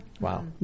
Wow